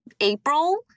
April